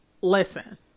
listen